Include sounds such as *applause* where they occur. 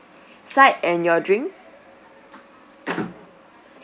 side and your drink *noise*